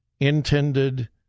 intended